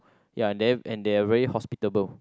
ya and then and they're really hospitable